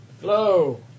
Hello